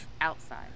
outside